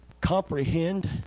comprehend